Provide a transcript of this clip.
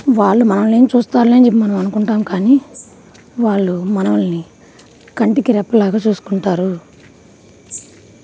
వాళ్ళు మనల్ని ఏం చూస్తారులే అని చెప్పి మనం అనుకుంటాము కానీ వాళ్ళు మనల్ని కంటికి రెప్పలాగా చూసుకుంటారు